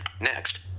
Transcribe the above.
Next